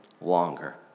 longer